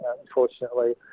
unfortunately